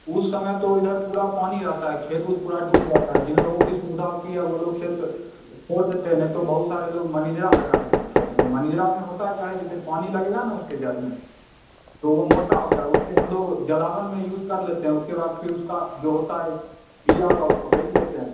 उस समय तो इधर पूरा पानी रहता है खेत उत पूरा डूब जाता है जिन लोगो की सुविधा होती है वो लोग खेत छोड़ देते है नहीं तो बहुत सारे लोग मनिजरा लगा देते हैं खेत में मनिजरा में होता क्या है जैसे पानी लगेगा न उसके जड़ में तो वो मोटा होता है उसे हम लोग जलावन में यूज़ कर लेते हैं उसके बाद फिर उसका जो होता है बिया उआ उसको बेच लेते हैं